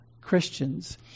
Christians